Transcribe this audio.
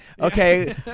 Okay